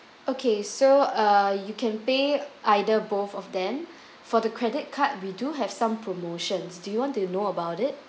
okay so uh you can pay either both of them for the credit card we do have some promotions do you want to know about it